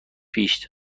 پیش